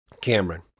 Cameron